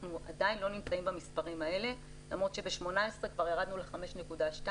אנחנו עדיין לא נמצאים במספרים האלה למרות שב-18' כבר ירדנו ל-5.2,